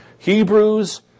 Hebrews